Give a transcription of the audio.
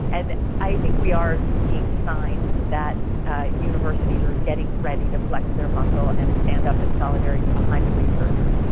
and i think we are seeing signs that universities are getting ready to flex their muscle and stand up in solidarity behind the researchers. and